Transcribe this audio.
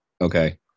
Okay